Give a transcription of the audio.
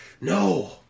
No